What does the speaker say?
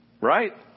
Right